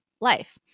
life